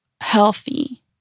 healthy